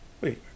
Wait